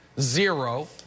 zero